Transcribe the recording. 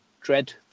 Dread